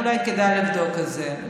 אולי כדאי לבדוק את זה,